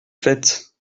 faites